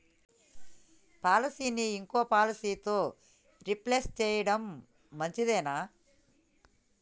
పాలసీని ఇంకో పాలసీతో రీప్లేస్ చేయడం మంచిదేనా?